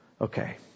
okay